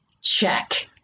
Check